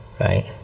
right